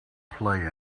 play